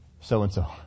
so-and-so